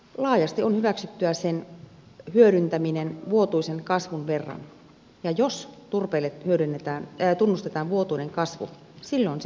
laajasti on hyväksyttyä sen hyödyntäminen sen vuotuisen kasvun verran ja jos turpeelle tunnustetaan vuotuinen kasvu silloin se on uusiutuvaa